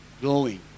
growing